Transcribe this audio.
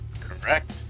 Correct